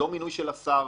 לא מינוי של השר,